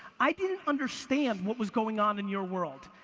i didn't understand what was going on in your world.